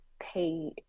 pay